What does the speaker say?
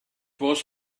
was